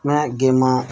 में गेमां